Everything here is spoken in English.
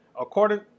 According